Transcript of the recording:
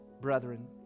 brethren